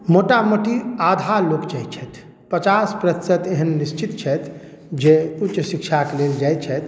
मोटामोटी आधा लोक जाइत छथि पचास प्रतिशत एहन निश्चित छथि जे उच्च शिक्षाक लेल जाइत छथि